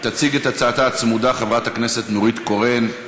תציג את הצעתה הצמודה חברת הכנסת נורית קורן.